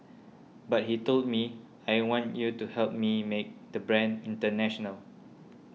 but he told me I want you to help me make the brand international